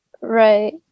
Right